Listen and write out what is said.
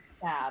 sad